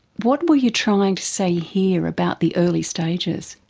what were you trying to say here about the early stages?